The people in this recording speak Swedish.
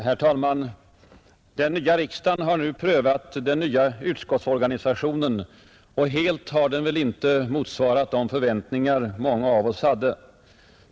Herr talman! Den nya riksdagen har nu prövat den nya utskottsorganisationen, och helt har väl inte denna motsvarat de förväntningar många av oss hade.